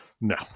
No